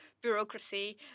bureaucracy